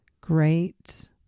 great